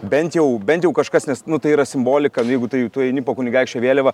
bent jau bent jau kažkas nes nu tai yra simbolika jeigu tai tu eini po kunigaikščio vėliava